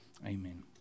Amen